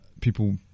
people